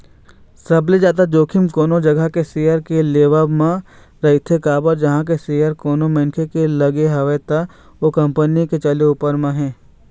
सबले जादा जोखिम कोनो जघा के सेयर के लेवब म रहिथे काबर जिहाँ सेयर कोनो मनखे के लगे हवय त ओ कंपनी के चले ऊपर म हे